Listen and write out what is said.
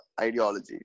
ideology